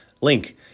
link